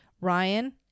Ryan